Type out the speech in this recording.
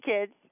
kids